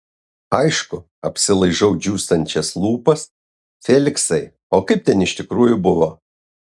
aišku apsilaižau džiūstančias lūpas feliksai o kaip ten iš tikrųjų buvo